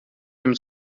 dem